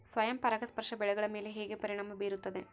ಸ್ವಯಂ ಪರಾಗಸ್ಪರ್ಶ ಬೆಳೆಗಳ ಮೇಲೆ ಹೇಗೆ ಪರಿಣಾಮ ಬೇರುತ್ತದೆ?